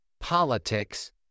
politics